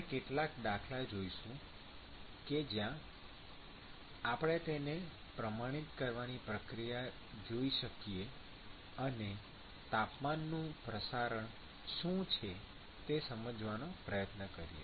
આપણે કેટલાક દાખલા લઈશું કે જ્યાં આપણે તેને પ્રમાણિત કરવાની પ્રક્રિયા જોઈ શકીએ અને તાપમાનનું પ્રસારણ શું છે તે સમજવાનો પ્રયત્ન કરીએ